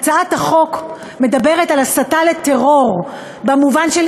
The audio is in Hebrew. הצעת החוק מדברת על הסתה לטרור במובן של